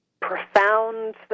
profound